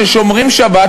ששומרים שבת,